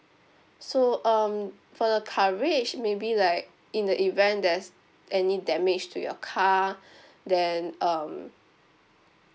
so um for the coverage maybe like in the event there's any damage to your car then um